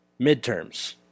Midterms